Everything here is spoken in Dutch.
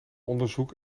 onderzoek